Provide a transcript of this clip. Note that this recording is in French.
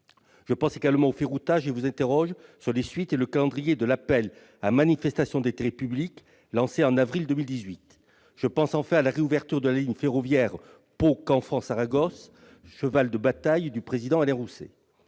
Je pense également au ferroutage et vous interroge sur les suites et le calendrier de l'appel à manifestation d'intérêt public, lancé en avril 2018. Je pense enfin à la réouverture de la ligne ferroviaire Pau-Canfranc-Saragosse, cheval de bataille du président Alain Rousset.